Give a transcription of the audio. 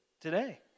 today